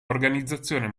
organizzazione